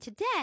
Today